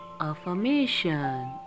affirmation